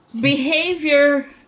behavior